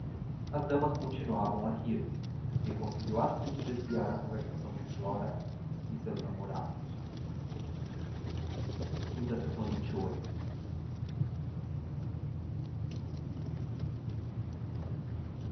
as damas continuavam a rir ele conseguiu assim desviar a conversação de flora e seus namorados xciii não